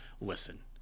Listen